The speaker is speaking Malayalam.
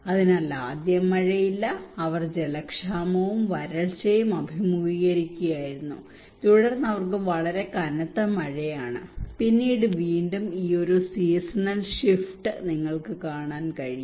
അതിനാൽ ആദ്യം മഴയില്ല അവർ ജലക്ഷാമവും വരൾച്ചയും അഭിമുഖീകരിക്കുകയായിരുന്നു തുടർന്ന് അവർക്ക് വളരെ കനത്ത മഴ ആണ് പിന്നെ വീണ്ടും ഈ സീസണൽ ഷിഫ്റ്റ് നിങ്ങൾക്ക് കാണാൻ കഴിയും